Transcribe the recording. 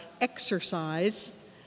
exercise